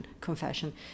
confession